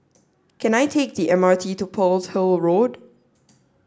can I take the MRT to Pearl's Hill Road